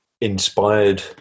inspired